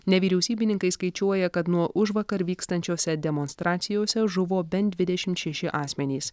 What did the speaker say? nevyriausybininkai skaičiuoja kad nuo užvakar vykstančiose demonstracijose žuvo bent dvidešim šeši asmenys